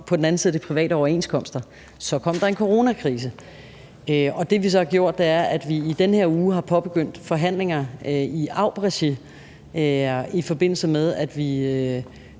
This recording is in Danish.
på den anden side af de private overenskomstforhandlinger. Så kom der en coronakrise. Det, vi så har gjort, er, at vi i den her uge har påbegyndt forhandlinger i eud-regi, i forbindelse med at vi